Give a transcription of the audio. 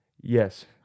Yes